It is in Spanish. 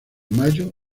mayo